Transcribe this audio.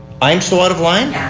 i'm so out of line.